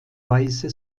weiße